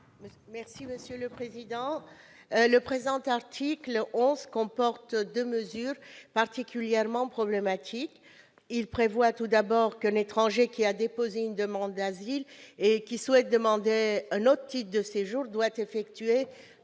Benbassa, sur l'article. Le présent article 11 comporte deux mesures particulièrement problématiques. Il prévoit, tout d'abord, qu'un étranger qui a déposé une demande d'asile et qui souhaite demander un autre titre de séjour doit effectuer cette seconde démarche